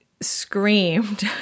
screamed